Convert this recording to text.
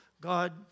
God